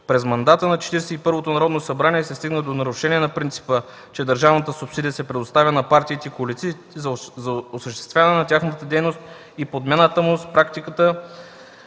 Четиридесет и първото Народно събрание се стигна до нарушение на принципа, че държавната субсидия се предоставя на партиите и коалициите за осъществяване на тяхната дейност и подмяната му с практиката